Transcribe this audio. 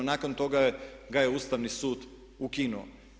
Nakon toga ga je Ustavni sud ukinuo.